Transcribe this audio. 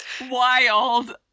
wild